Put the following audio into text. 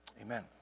Amen